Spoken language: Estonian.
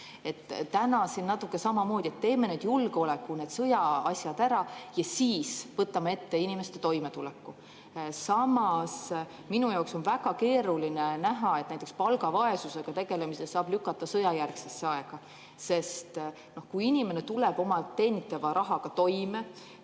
on siin natuke samamoodi, et teeme nüüd need julgeoleku- ja sõjaasjad ära ja siis võtame ette inimeste toimetuleku. Samas minu jaoks on väga keeruline näha, et näiteks palgavaesusega tegelemise saab lükata sõjajärgsesse aega, sest kui inimene tuleb oma teenitava rahaga toime,